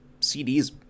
CDs